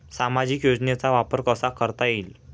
सामाजिक योजनेचा वापर कसा करता येईल?